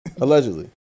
Allegedly